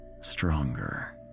stronger